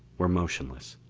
were motionless.